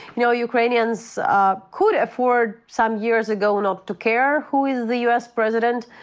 you know ukrainians ah could afford some years ago not to care who is the u. s. president.